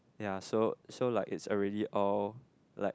ya so so like is already all like